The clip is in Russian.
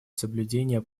соблюдения